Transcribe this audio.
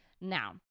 Now